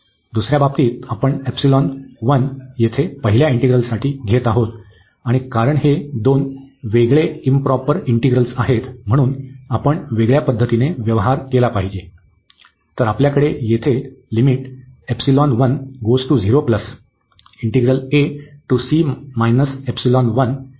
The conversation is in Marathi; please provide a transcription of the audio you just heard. दुसर्या बाबतीत आपण एप्सिलॉन 1 येथे पहिल्या इंटीग्रलसाठी घेत आहोत आणि कारण हे दोन वेगळे इंप्रॉपर इंटिग्रल आहेत म्हणून आपण वेगळ्या पद्धतीने व्यवहार केला पाहिजे